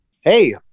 Hey